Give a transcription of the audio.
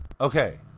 Okay